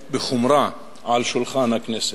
ובחומרה, על שולחן הכנסת.